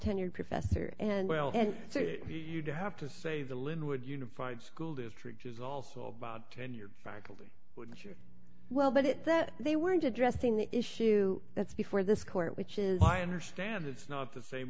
tenured professor and well and so you do have to say the lynwood unified school district is also about tenured faculty wouldn't you well but it that they weren't addressing the issue that's before this court which is why i understand it's not the same